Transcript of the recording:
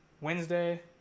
Wednesday